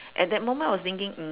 at that moment I was thinking mm